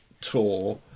tour